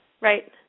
right